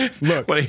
Look